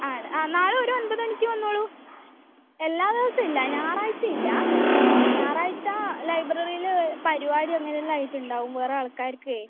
ആണ് ആ നാളെ ഒരു ഒൻപത് മണിക്ക് വന്നോളൂ എല്ലാ ദിവസം ഇല്ല ഞായറാഴ്ച ഇല്ല ഞായറാഴ്ച ലൈബ്രറിയില് പരിപാടി അങ്ങനെ എല്ലാം ആയിട്ട് ഉണ്ടാകും വേറെ ആൾക്കാർക്ക്